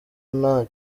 nta